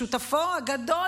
שותפו הגדול,